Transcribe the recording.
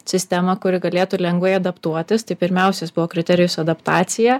sistemą kuri galėtų lengvai adaptuotis tai pirmiausias buvo kriterijus adaptacija